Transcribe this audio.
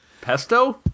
Pesto